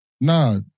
Nah